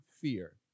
fear